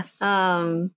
yes